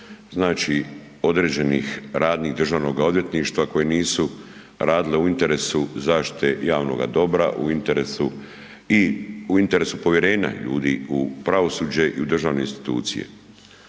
određenih radnji državnoga odvjetništva koji nisu radili u interesu zaštite javnoga dobra u interesu povjerenja ljudi u pravosuđe i u državne institucije.